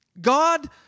God